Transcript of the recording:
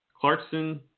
Clarkson